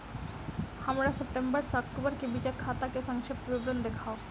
हमरा सितम्बर सँ अक्टूबर केँ बीचक खाता केँ संक्षिप्त विवरण देखाऊ?